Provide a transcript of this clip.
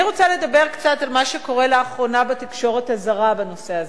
אני רוצה לדבר קצת על מה שקורה לאחרונה בתקשורת הזרה בנושא הזה.